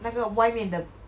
那个外面的